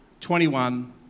21